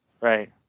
Right